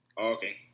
okay